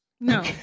No